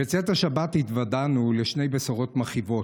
בצאת השבת התוודענו לשתי בשורות מכאיבות: